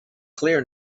clear